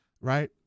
right